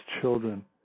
children